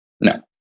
No